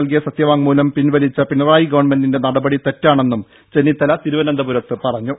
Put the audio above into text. നൽകിയ സത്യവാങ്മൂലം പിൻവലിച്ച പിണറായി ഗവൺമെന്റിന്റെ നടപടി തെറ്റാണെന്നും ചെന്നിത്തല തിരുവനന്തപുരത്ത് പറഞ്ഞു